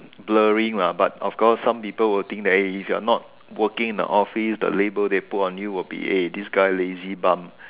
blurring lah but of course some people will think that if you're not working in the office the label they put on your will be eh this guy lazy bum